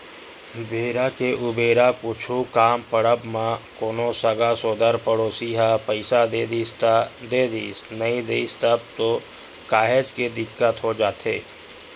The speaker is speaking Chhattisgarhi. बेरा के उबेरा कुछु काम पड़ब म कोनो संगा सोदर पड़ोसी ह पइसा दे दिस त देदिस नइ दिस तब तो काहेच के दिक्कत हो जाथे